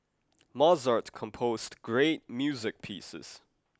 Mozart composed great music pieces